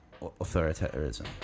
Authoritarianism